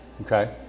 Okay